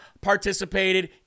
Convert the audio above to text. participated